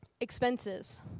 expenses